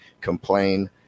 complain